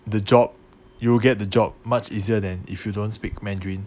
the job you'll get the job much easier than if you don't speak mandarin